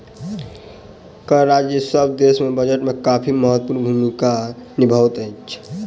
कर राजस्व देश के बजट में काफी महत्वपूर्ण भूमिका निभबैत अछि